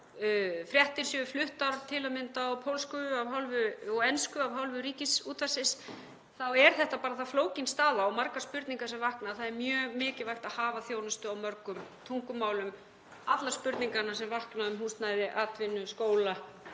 að fréttir séu fluttar til að mynda á pólsku og ensku af hálfu Ríkisútvarpsins þá er þetta bara það flókin staða og margar spurningar sem vakna, þannig að það er mjög mikilvægt að hafa þjónustu á mörgum tungumálum, allar spurningarnar sem vakna um húsnæði, atvinnu, skóla